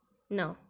no